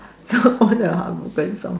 so all the heartbroken song